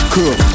Cool